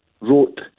wrote